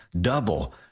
Double